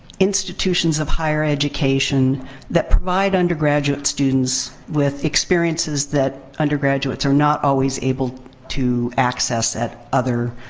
institutions of higher education that provide undergraduate students with experiences that undergraduates are not always able to access at other,